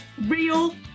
real